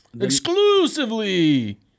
Exclusively